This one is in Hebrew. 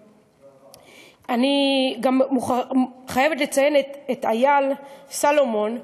אני גם חייבת להזכיר את איאל סלומון,